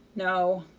no.